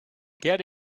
get